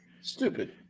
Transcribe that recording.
Stupid